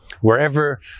wherever